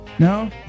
No